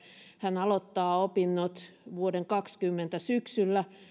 hän aloittaa opinnot vuoden kaksikymmentä syksyllä